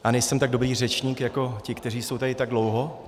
Já nejsem tak dobrý řečník jako ti, kteří jsou tady tak dlouho.